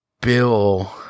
Bill